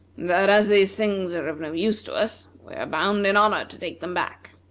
that as these things are of no use to us, we are bound in honor to take them back.